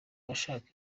abashaka